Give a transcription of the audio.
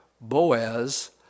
Boaz